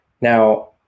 Now